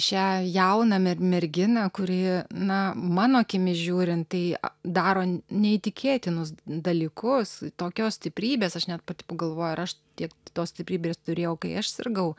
šią jauną mer merginą kuri na mano akimis žiūrint tai daro neįtikėtinus dalykus tokios stiprybės aš net pati pagalvojau ar aš tiek tos stiprybės turėjau kai aš sirgau